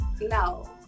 No